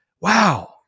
wow